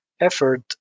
effort